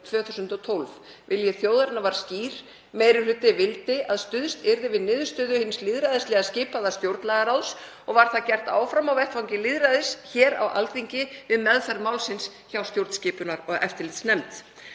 þjóðarinnar var skýr. Meiri hluti vildi að stuðst yrði við niðurstöðu hins lýðræðislega skipaða stjórnlagaráðs og var það gert áfram á vettvangi lýðræðis hér á Alþingi við meðferð málsins hjá stjórnskipunar- og eftirlitsnefnd.